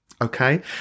Okay